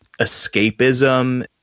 escapism